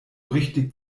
richtig